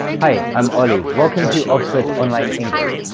hi, i'm oli. welcome to oxford online english!